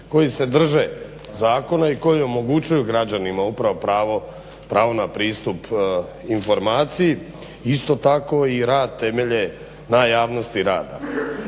koji se drže zakona i koji omogućuju građanima upravo pravo na pristup informaciji, isto tako i rad temelje na javnosti rada.